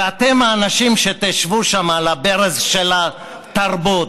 ואתם האנשים שתשבו שם על הברז של התרבות.